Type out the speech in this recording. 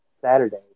Saturday